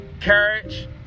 courage